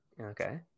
Okay